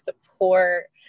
support